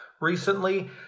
recently